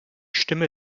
stimme